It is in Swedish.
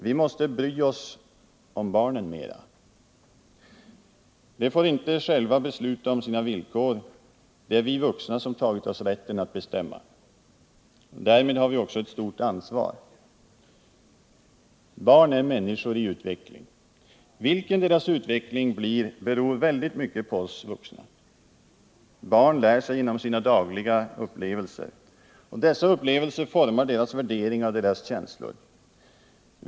Vi måste bry oss mera om barnen. De får inte själva besluta om sina villkor. Det är vi vuxna som tagit oss rätten att bestämma. Därmed har vi också ett stort ansvar. Barn är människor i utveckling. Vilken deras utveckling blir beror väldigt mycket på oss vuxna. Barnen lär sig genom sina dagliga upplevelser. Dessa upplevelser formar deras värderingar och känslor.